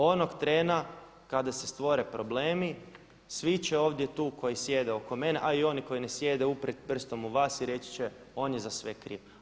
Onog trena kada se stvore problemi svi će ovdje tu koji sjede oko mene a i oni koji ne sjede uprijet prstom u vas i reći će on je za sve kriv.